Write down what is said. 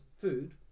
food